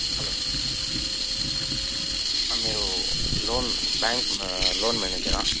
hello మీరు loan bank loan మేనేజరా